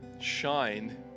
shine